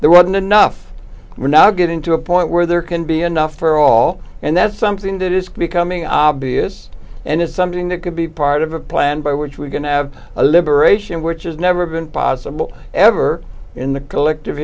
there wasn't enough we're not getting to a point where there can be enough for all and that's something that is becoming obvious and it's something that could be part of a plan by which we're going to have a liberation which is never been possible ever in the collective